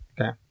Okay